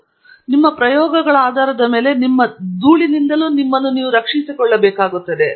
ನೀವು ಮಾಡುತ್ತಿರುವ ಪ್ರಯೋಗಗಳ ಆಧಾರದ ಮೇಲೆ ನೀವು ಧೂಳಿನಿಂದ ನಿಮ್ಮನ್ನು ರಕ್ಷಿಸಿಕೊಳ್ಳಬೇಕಾಗುತ್ತದೆ